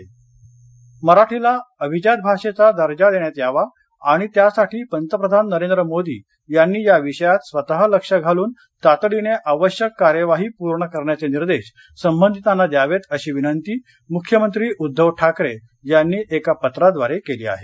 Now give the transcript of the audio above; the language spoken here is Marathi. मराठी मराठीला अभिजात भाषेचा दर्जा देण्यात यावा आणि त्यासाठी पंतप्रधान नरेंद्र मोदी यांनी या विषयात स्वत लक्ष घालून तातडीने आवश्यक कार्यवाही पूर्ण करण्याचे निर्देश संबंधितांना द्यावेत अशी विनंती मुख्यमंत्री उद्धव ठाकरे यांनी एका पत्राद्वारे केली आहे